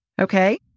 Okay